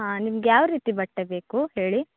ಹಾಂ ನಿಮ್ಗೆ ಯಾವ ರೀತಿ ಬಟ್ಟೆ ಬೇಕು ಹೇಳಿ